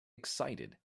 excited